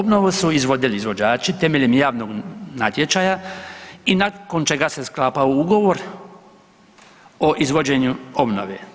Obnovu su izvodili izvođači temeljem javnog natječaja i nakon čega se sklapao ugovor o izvođenju obnove.